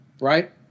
right